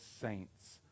saints